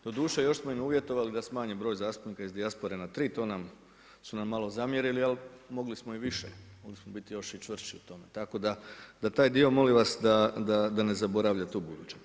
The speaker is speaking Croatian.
Doduše još smo im uvjetovali da smanje broj zastupnika iz dijaspore na tri, to su nam malo zamjerili ali mogli smo i više, mogli smo biti još i čvršći u tome, tako da da taj dio molim vas da ne zabravljate ubuduće.